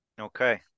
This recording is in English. Okay